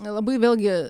labai vėlgi